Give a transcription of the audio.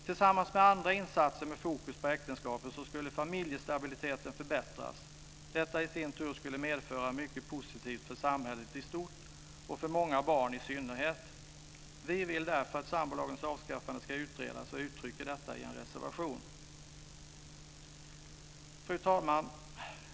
Tillsammans med andra insatser med fokus på äktenskapet skulle familjestabiliteten förbättras. Detta skulle i sin tur medföra mycket positivt för samhället i stort och för många barn i synnerhet. Vi vill därför att sambolagens avskaffande ska utredas, och uttrycker detta i en reservation. Fru talman!